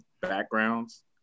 backgrounds